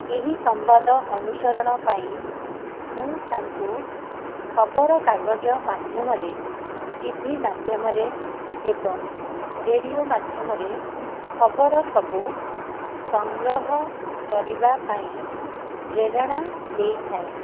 ଏହି ସମ୍ବାଦ ଅନୁସରଣ ପାଇଁ ମୁଁ ତାଙ୍କୁ ଖବରକାଗଜ ମାଧ୍ୟମରେ ଟି ଭି ମାଧ୍ୟମରେ ଏବଂ ରେଡ଼ିଓ ମାଧ୍ୟମରେ ଖବର ସବୁ ସଂଗ୍ରହ କରିବାପାଇଁ ପ୍ରେରଣା ଦେଇଥାଏ